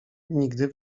nigdy